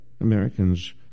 Americans